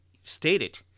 stated